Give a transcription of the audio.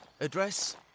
Address